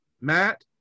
Matt